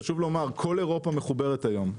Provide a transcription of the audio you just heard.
חשוב לומר שכל אירופה מחוברת היום.